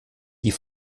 die